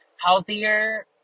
healthier